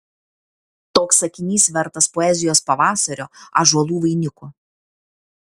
toks sakinys vertas poezijos pavasario ąžuolų vainiko